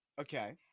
Okay